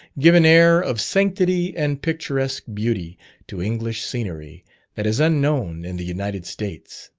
give an air of sanctity and picturesque beauty to english scenery that is unknown in the united states.